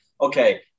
okay